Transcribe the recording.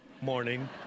morning